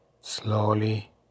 slowly